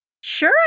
Sure